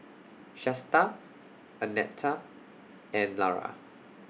Shasta Annetta and Lara